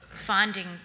finding